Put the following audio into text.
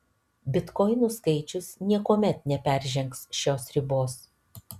bitkoinų skaičius niekuomet neperžengs šios ribos